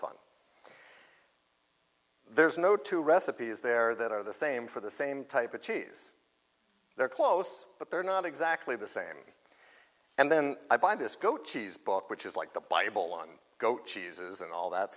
fun there's no two recipes there that are the same for the same type of cheese they're close but they're not exactly the same and then i buy this goat cheese book which is like the bible on go cheeses and all that